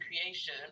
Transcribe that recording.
creation